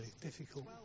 Difficult